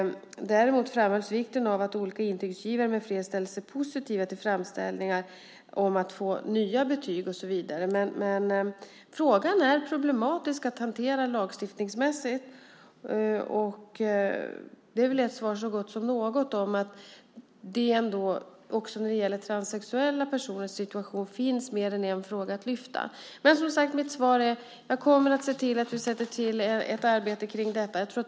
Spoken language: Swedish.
Däremot framhålls vikten av att olika intygsgivare med flera ställer sig positiva till framställningar om att utfärda nya betyg. Frågan är problematisk att hantera lagstiftningsmässigt. Det är väl ett svar så gott som något, det vill säga att i fråga om transsexuella personers situation finns mer än en fråga att lyfta fram. Jag kommer att se till att vi startar ett arbete om detta.